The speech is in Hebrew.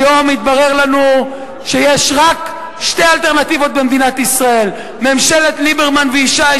היום התברר לנו שיש רק שתי אלטרנטיבות במדינת ישראל: ממשלת ליברמן וישי,